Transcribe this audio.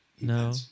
No